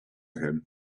him